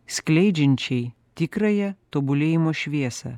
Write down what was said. skleidžiančiai tikrąją tobulėjimo šviesą